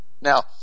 Now